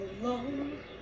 alone